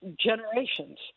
generations